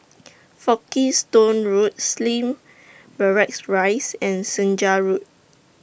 Folkestone Road Slim Barracks Rise and Senja Road